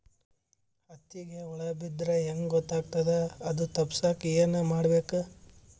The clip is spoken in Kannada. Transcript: ಹತ್ತಿಗ ಹುಳ ಬಿದ್ದ್ರಾ ಹೆಂಗ್ ಗೊತ್ತಾಗ್ತದ ಅದು ತಪ್ಪಸಕ್ಕ್ ಏನ್ ಮಾಡಬೇಕು?